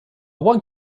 want